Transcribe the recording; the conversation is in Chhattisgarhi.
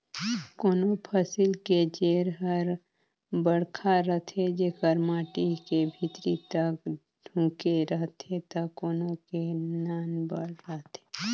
कोनों फसिल के जेर हर बड़खा रथे जेकर माटी के भीतरी तक ढूँके रहथे त कोनो के नानबड़ रहथे